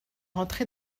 rentré